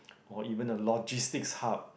or even the logistics hub